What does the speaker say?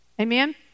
Amen